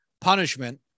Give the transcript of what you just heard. punishment